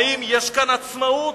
האם יש כאן עצמאות?